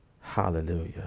Hallelujah